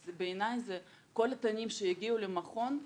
אז בעיניי כל התנים שהגיעו למכון,